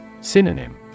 Synonym